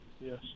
Yes